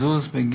לחזור על הסיפה?